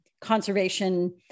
conservation